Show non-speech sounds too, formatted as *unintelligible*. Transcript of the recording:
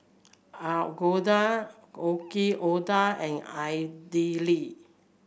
Alu Gobi *unintelligible* Yaki Udon and Idili